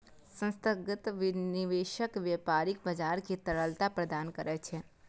संस्थागत निवेशक व्यापारिक बाजार कें तरलता प्रदान करै छै